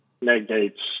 negates